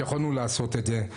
שיכולנו לעשות את זה,